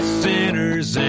sinners